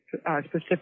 specific